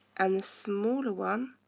and the smaller one